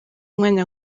umwanya